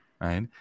right